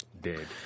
Dead